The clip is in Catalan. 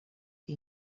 que